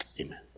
Amen